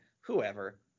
Whoever